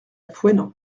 fouesnant